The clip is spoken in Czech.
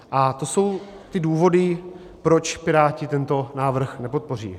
A to jsou důvody, proč Piráti tento návrh nepodpoří.